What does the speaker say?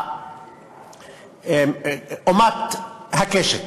אומת הקשת,